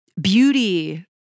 beauty